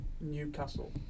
Newcastle